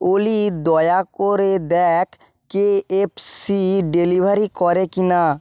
অলি দয়া করে দেখ কেএফসি ডেলিভারি করে কি না